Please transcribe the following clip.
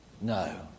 No